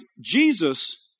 Jesus